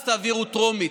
אז תעבירו טרומית,